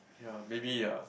ya maybe ya